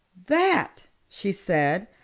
that, she said,